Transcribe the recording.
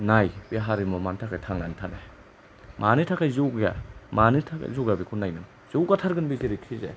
नाय बे हारिमुआ मानि थाखाय थांनानै थानो हाया मानि थाखाय जौगाया बेखौ नाय नों जौगाथारगोन बे जेरैखिजाया